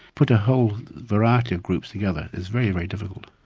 putting a whole variety of groups together is very, very difficult,